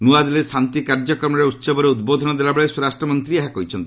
ନୂଆଦିଲ୍ଲୀରେ ଶାନ୍ତି କାର୍ଯ୍ୟକ୍ରମରେ ଉହବରେ ଉଦ୍ବୋଧନ ଦେଲାବେଳେ ସ୍ୱରାଷ୍ଟ୍ର ମନ୍ତ୍ରୀ ଏହା କହିଛନ୍ତି